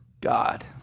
God